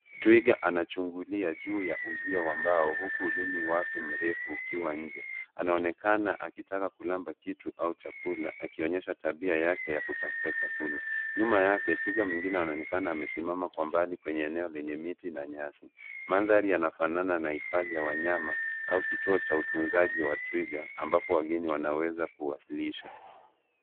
Twiga anachungulia juu ya uzio wa mbao huku ulimi wake mrefu ukiwa nje ,anaonekana akitaka kulamba kitu au chakula akionyesha tabia yake ya kutafuta chakula, nyuma yake twiga mengine wanaonekana amesimama kwa mbali kwenye eneo lenye miti na nyasi ,mandhari yanafanana na hifadhi ya wanyama au kituo cha utunzaji wa twiga ambapo wageni wanaweza kuwasilisha.